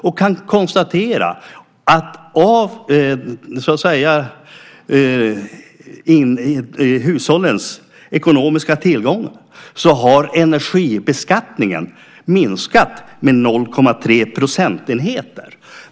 Man kan konstatera att av hushållens ekonomiska tillgång har energibeskattningen minskat med 0,3 procentenheter.